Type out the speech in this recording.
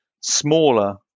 smaller